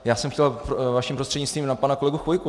Já jsem chtěl vaším prostřednictvím na pana kolegu Chvojku.